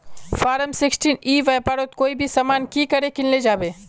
Form sixteen ई व्यापारोत कोई भी सामान की करे किनले जाबे?